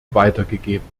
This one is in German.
weitergegeben